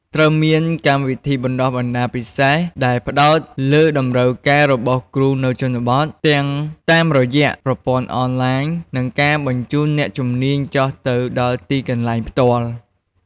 ត្រូវមាន កម្មវិធីបណ្តុះបណ្តាលពិសេស ដែលផ្តោតលើតម្រូវការរបស់គ្រូនៅជនបទ ទាំងតាមរយៈប្រព័ន្ធអនឡាញ និងការបញ្ជូនអ្នកជំនាញចុះទៅដល់ទីកន្លែងផ្ទាល់។